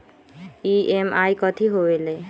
EMI कथी होवेले?